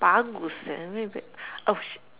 bagus oh shit